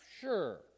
Sure